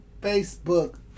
Facebook